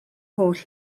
holl